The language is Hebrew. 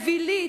אווילית,